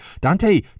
Dante